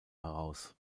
heraus